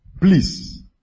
Please